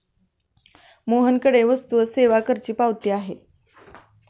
मोहनकडे वस्तू व सेवा करची पावती आहे